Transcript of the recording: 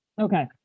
Okay